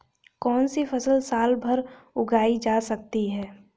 कौनसी फसल साल भर उगाई जा सकती है?